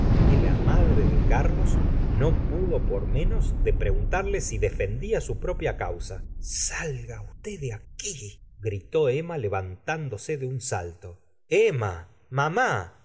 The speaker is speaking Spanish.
que la madre de carlos la señora de bov ary no pqdo por menos de preguntarle si defendía su propia causa salga usted de aquí gritó emma levantán dose de un salto emma mamá